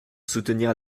soutenir